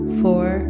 four